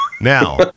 Now